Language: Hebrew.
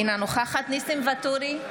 אינה נוכחת ניסים ואטורי,